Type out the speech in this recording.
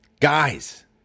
Guys